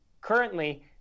Currently